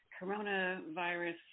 coronavirus